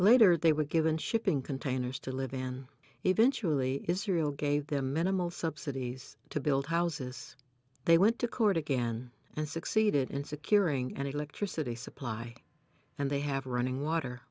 later they were given shipping containers to live and eventually israel gave them minimal subsidies to build houses they went to court again and succeeded in securing an electricity supply and they have running water